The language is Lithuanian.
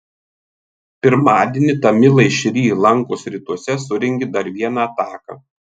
pirmadienį tamilai šri lankos rytuose surengė dar vieną ataką